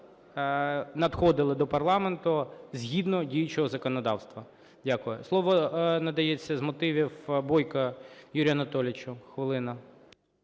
надходили до парламенту згідно діючого законодавства. Дякую. Слово надається з мотивів Бойку Юрію Анатолійовичу, хвилина.